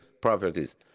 properties